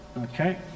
Okay